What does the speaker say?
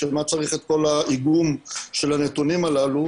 בשביל מה צריך את כל האיגום של הנתונים הללו,